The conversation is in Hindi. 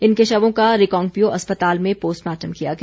इनके शवों का रिकांगपिओ अस्पताल में पोस्टमार्टम किया गया